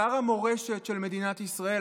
שר המורשת של מדינת ישראל,